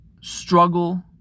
struggle